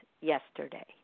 yesterday